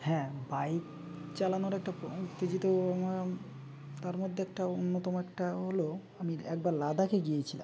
হ্যাঁ বাইক চালানোর একটা উত্তেজিত তার মধ্যে একটা অন্যতম একটা হলো আমি একবার লাদাখে গিয়েছিলাম